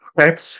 okay